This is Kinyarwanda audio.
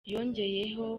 yongeyeho